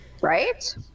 right